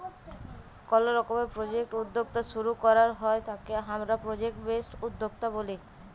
call রকমের project উদ্যক্তা শুরু করাক হ্যয় তাকে হামরা প্রজেক্ট বেসড উদ্যক্তা ব্যলি